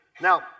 Now